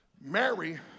Mary